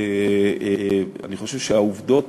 אני חושב שהעובדות,